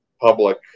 public